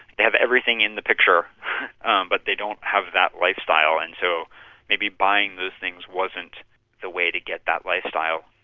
they have everything in the picture um but they don't have that lifestyle and so maybe buying those things wasn't the way to get that lifestyle.